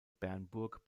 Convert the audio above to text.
bernburg